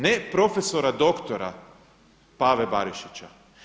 Ne profesora doktora Pave Barišića.